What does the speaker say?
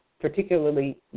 particularly